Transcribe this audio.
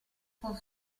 con